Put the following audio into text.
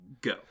go